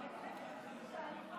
מחדש.